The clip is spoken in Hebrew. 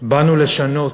"באנו לשנות",